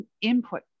input